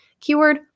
Keyword